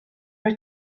are